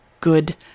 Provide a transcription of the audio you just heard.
good